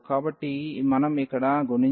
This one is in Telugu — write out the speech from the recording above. కాబట్టి మనం ఇక్కడ గుణించాలి